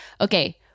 okay